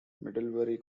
middlebury